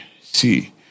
see